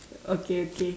okay okay